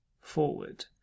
forward